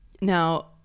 Now